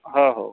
हां हो